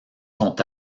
sont